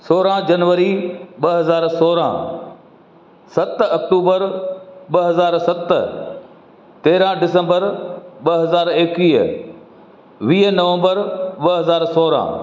सोरहं जनवरी ॿ हज़ार सोरहं सत अक्टूबर ॿ हज़ार सत तेरहं डिसम्बर ॿ हज़ार एकवीह वीह नवम्बर ॿ हज़ार सोरह